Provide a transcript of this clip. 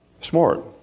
Smart